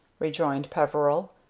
rejoined peveril,